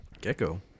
Gecko